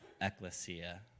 ecclesia